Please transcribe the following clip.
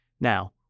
Now